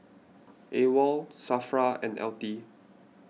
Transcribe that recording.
Awol Safra and L T